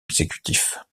exécutif